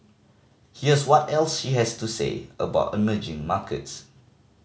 here's what else she has to say about emerging markets